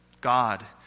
God